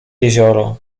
jezioro